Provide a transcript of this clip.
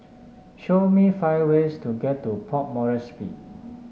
show me five ways to get to Port Moresby